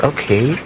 Okay